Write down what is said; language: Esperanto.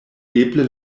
eble